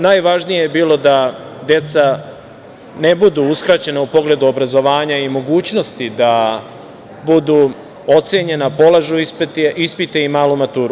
Najvažnije je bilo da deca ne budu uskraćena u pogledu obrazovanja i mogućnosti da budu ocenjena, polažu ispite i malu maturu.